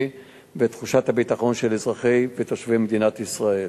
ותחושת הביטחון של אזרחי ותושבי מדינת ישראל.